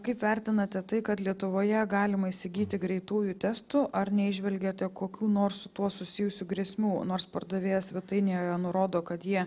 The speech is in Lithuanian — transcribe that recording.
kaip vertinate tai kad lietuvoje galima įsigyti greitųjų testų ar neįžvelgiate kokių nors su tuo susijusių grėsmių nors pardavėjas svetainėje nurodo kad jie